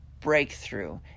breakthrough